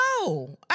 No